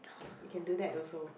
you can do that also